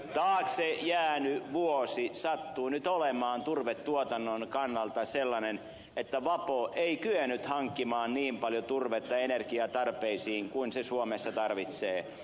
taakse jäänyt vuosi sattuu nyt olemaan turvetuotannon kannalta sellainen että vapo ei kyennyt hankkimaan niin paljon turvetta energiatarpeisiin kuin se suomessa tarvitsee